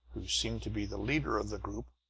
who seemed to be the leader of the group,